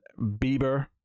Bieber